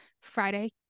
Friday